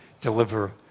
deliver